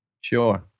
Sure